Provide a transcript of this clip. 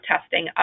testing